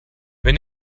wenn